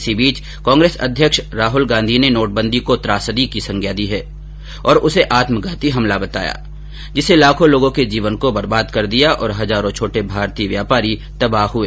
इस बीच कांग्रेस अध्यक्ष राहुल गांधी ने नोटबंदी को त्रासदी की संज्ञा दी है और उसे आत्मघाती हमला बताया है जिसने लाखों लोगों के जीवन को बर्बाद कर दिया और हजारों छोटे भारतीय व्यापारी तबाह हो गए